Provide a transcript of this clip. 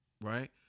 right